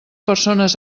persones